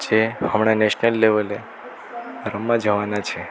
જે હમણા નેશનલ લેવલે રમવા જવાના છે